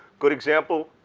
good example,